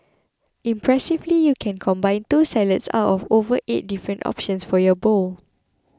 impressively you can combine two salads out of over eight different options for your bowl